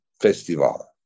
Festival